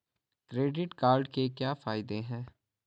Credit card के क्या फायदे हैं?